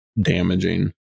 damaging